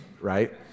right